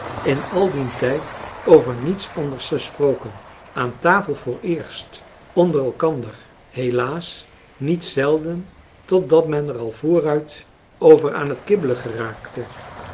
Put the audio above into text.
in al dien tijd over niets anders gesproken aan tafel vooreerst onder elkander helaas niet zelden totdat men er al vooruit over aan het kibbelen geraakte